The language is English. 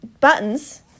Buttons